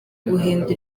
guhindura